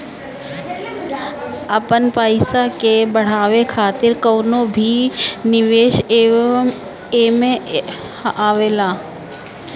आपन पईसा के बढ़ावे खातिर कवनो भी निवेश एमे आवेला